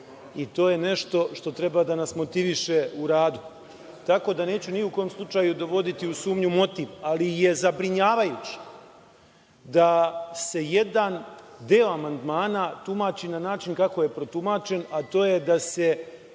i to je nešto što treba da nas motiviše u radu. Tako da, neću ni u kojem slučaju dovoditi u sumnju motiv, ali je zabrinjavajuće da se jedan deo amandmana tumači na način kako je protumačen, a to je da se